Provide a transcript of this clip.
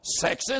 sexist